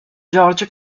george